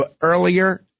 earlier